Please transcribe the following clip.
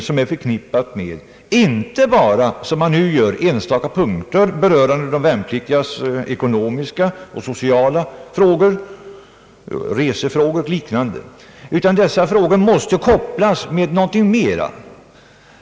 Man bör inte bara, som man nu gör, på enstaka punkter beröra de värnpliktigas ekonomiska och sociala frågor, resefrågor osv., utan man måste koppla ihop dessa frågor med någonting mer.